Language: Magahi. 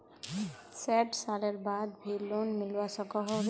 सैट सालेर बाद भी लोन मिलवा सकोहो होबे?